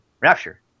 Rapture